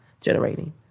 generating